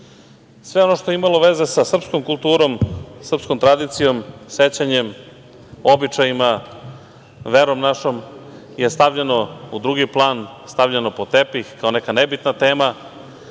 Sve ono što je imalo veze sa srpskom kulturom, srpskom tradicijom, sećanjem, običajima, verom našom je stavljeno u drugi plan, stavljeno pod tepih, kao neka nebitna tema,